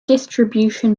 distribution